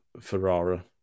Ferrara